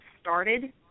started